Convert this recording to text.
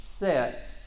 sets